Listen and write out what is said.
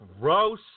gross